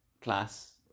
class